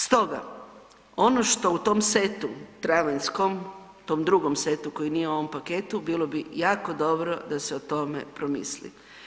Stoga, ono što u tom setu travanjskom, tom drugom setu koji nije u ovom paketu bilo bi jako dobro da se o tome promisli.